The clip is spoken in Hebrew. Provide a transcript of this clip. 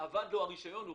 אבד הרישיון או